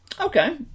Okay